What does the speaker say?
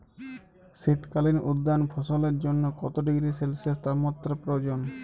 শীত কালীন উদ্যান ফসলের জন্য কত ডিগ্রী সেলসিয়াস তাপমাত্রা প্রয়োজন?